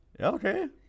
Okay